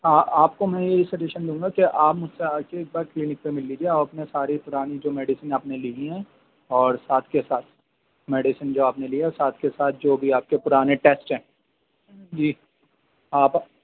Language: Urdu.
آپ کو میں یہ سجیشن دوں گا کہ آپ مجھ سے آ کے ایک بار کلینک پہ مل لیجئے اور اپنے سارے پرانے جو میڈیسن آپ نے لے لی ہیں اور ساتھ کے ساتھ میڈیسین جو آپ نے لی ہے وہ ساتھ کے جو بھی آپ کے پرانے ٹیسٹ ہیں جی آپ